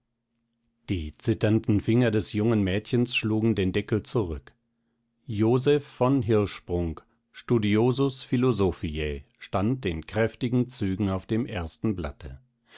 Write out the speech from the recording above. die zitternden finger des jungen mädchens schlugen den deckel zurück joseph von hirschsprung studiosus philosophiae stand in kräftigen zügen auf dem ersten blatte